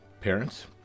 parents